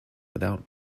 without